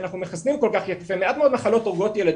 שאנחנו מחסנים כל יפה, עוברות ילדים.